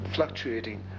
Fluctuating